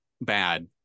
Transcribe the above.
bad